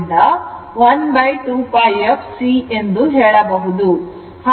ω 2π ಆದ್ದರಿಂದ 12πf C ಎಂದು ಹೇಳಬಹುದು